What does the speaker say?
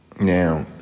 Now